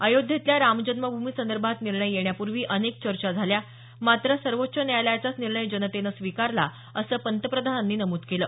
अयोध्येतल्या रामजन्मभूमी संदर्भात निर्णय येण्यापूर्वी अनेक चर्चा झाल्या मात्र सर्वोच्च न्यायालयाचाच निर्णय जनतेनं स्वीकारला असं पंतप्रधानांनी नमूद केलं